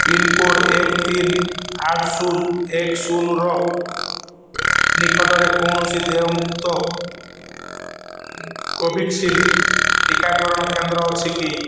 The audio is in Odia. ପିନ୍କୋଡ଼୍ ଏକ ତିନି ଆଠ ଶୂନ ଏକ ଶୂନର ନିକଟରେ କୌଣସି ଦେୟମୁକ୍ତ କୋଭ୍ୟାକ୍ସିନ୍ ଟିକାକରଣ କେନ୍ଦ୍ର ଅଛି କି